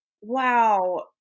Wow